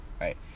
right